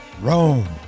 Rome